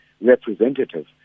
representative